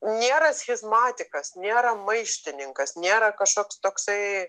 nėra schizmatikas nėra maištininkas nėra kažkoks toksai